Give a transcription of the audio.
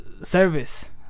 service